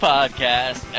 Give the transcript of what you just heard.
Podcast